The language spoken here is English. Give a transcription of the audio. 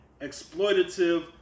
exploitative